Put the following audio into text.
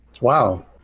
Wow